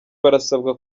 barasabwa